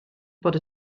bod